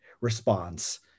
response